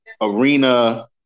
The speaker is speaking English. arena